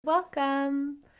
Welcome